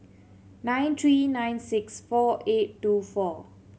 nine three nine six four eight two four